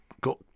got